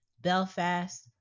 belfast